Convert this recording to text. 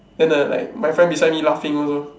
then the like my friend beside me laughing also